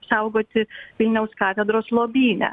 saugoti vilniaus katedros lobyne